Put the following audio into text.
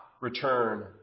return